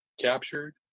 captured